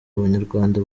abanyarwanda